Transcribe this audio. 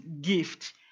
gift